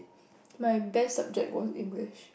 my best subject was English